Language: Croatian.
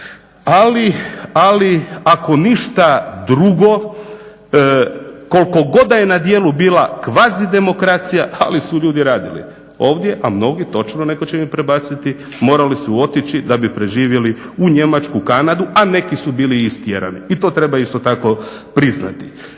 ali ako ništa drugo koliko god da je na dijelu bila kvazi demokracija, ali su ljudi radili. Ovdje, a mnogi točno netko će mi prebaciti, morali su otići da bi preživjeli u Njemačku, Kanadu, a neki su bili i istjerani. I to treba isto tako priznati.